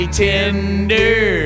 tender